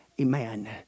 Amen